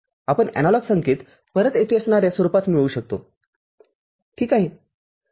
आपण एनालॉग संकेत परत येथे असणाऱ्या स्वरूपात मिळवू शकतो ठीक आहे